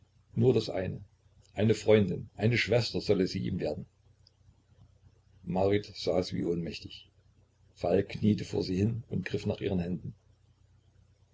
nur das eine eine freundin eine schwester solle sie ihm werden marit saß wie ohnmächtig falk kniete vor sie hin und griff nach ihren händen